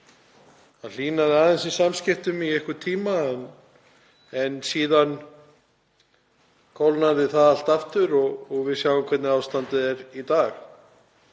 Það hlýnaði aðeins í samskiptum í einhvern tíma en síðan kólnaði það allt aftur og við sjáum hvernig ástandið er í dag.